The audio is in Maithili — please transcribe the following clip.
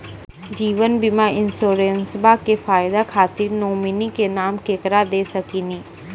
जीवन बीमा इंश्योरेंसबा के फायदा खातिर नोमिनी के नाम केकरा दे सकिनी?